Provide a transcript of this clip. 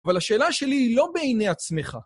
אבל השאלה שלי היא לא בעיני עצמך.